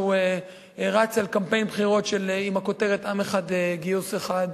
כשהוא רץ על קמפיין בחירות בכותרת: עם אחד גיוס אחד.